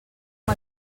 amb